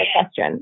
question